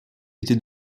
était